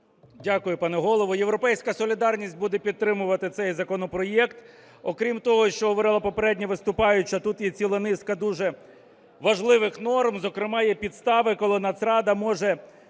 Дякую, пане Голово. "Європейська солідарність" буде підтримувати цей законопроект. Окрім того, що говорила попередня виступаюча, тут є ціла низка дуже важливих норм. Зокрема, є підстави, коли Нацрада може